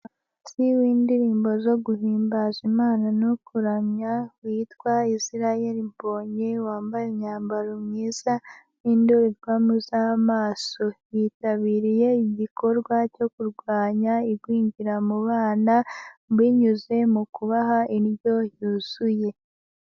Umuhanzi w'indirimbo zo guhimbaza Imana no kuramya witwa Isirael Mbonye wambaye imyambaro myiza n'indorerwamo z'amaso. Yitabiriye igikorwa cyo kurwanya igwingira mu bana binyuze mu kubaha indyo yuzuye.